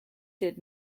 did